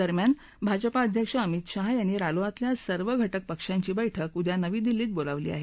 दरम्यान भाजपा अध्यक्ष अमित शहा यांनी रालोआतल्या सर्व घटक पक्षंची बैठक उद्या नवी दिल्ली इथं बोलावली आहे